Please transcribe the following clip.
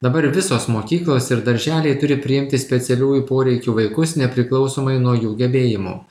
dabar visos mokyklos ir darželiai turi priimti specialiųjų poreikių vaikus nepriklausomai nuo jų gebėjimų